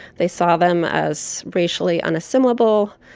they saw them as racially unassimilable,